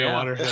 water